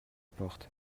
porte